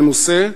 מנוסה,